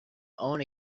own